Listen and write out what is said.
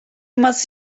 must